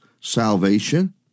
salvation